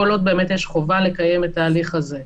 כל עוד באמת יש חובה לקיים את ההליך הזה,